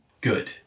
good